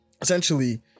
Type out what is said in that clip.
essentially